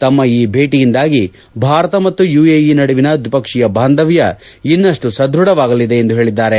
ತಮ್ಮ ಈ ಭೇಟಿಯಿಂದಾಗಿ ಭಾರತ ಮತ್ತು ಯುಎಇ ನಡುವಿನ ದ್ವಿಪಕ್ಷೀಯ ಬಾಂಧವ್ಯ ಇನ್ನಷ್ಟು ಸದೃಢವಾಗಲಿದೆ ಎಂದು ಹೇಳಿದ್ದಾರೆ